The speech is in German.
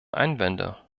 einwände